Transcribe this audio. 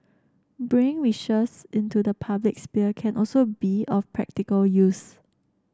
bring wishes into the public sphere can also be of practical use